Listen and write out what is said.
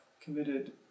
committed